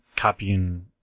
copying